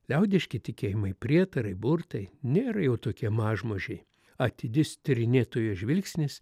liaudiški tikėjimai prietarai burtai nėra jau tokie mažmožiai atidis tyrinėtojo žvilgsnis